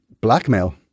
Blackmail